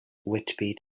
whitby